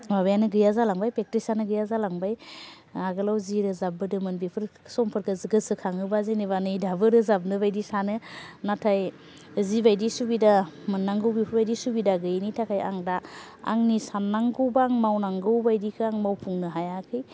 माबायानो गैया जालांबाय प्रेक्टिसानो गैया जालांबाय आगोलाव जि रोजाब बोदोंमोन बेफोर समफोरखौ गोसो खाङोबा जेनोबा नै दाबो रोजाबनो बायदि सानो नाथाय जि बायदि सुबिदा मोननांगौ बेफोर बायदि सुबिदा गैयैनि थाखाय आं दा आंनि सान्नांगौ बा मावनांगौ बायदिखौ आं मावफुंनो हायाखै